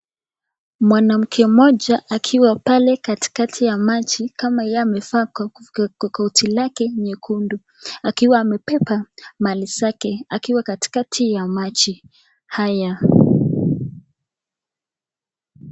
Mwanamke mmoja akiwa pale katikati ya maji kama yeye amevaa koti lake nyekundu akiwa amebeba mali zake, akiwa katikati ya maji haya.